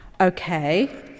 Okay